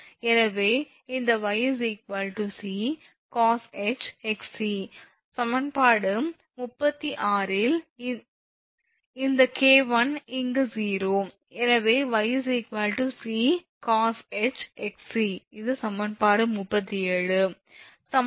எனவே இந்த 𝑦𝑐cosh𝑥𝑐 அதாவது சமன்பாடு 36 இல் இந்த 𝐾1 இங்கு 0 எனவே 𝑦𝑐cosh𝑥𝑐 இது சமன்பாடு 37 ஆகும்